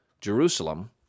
Jerusalem